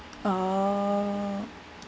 oh